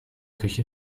küche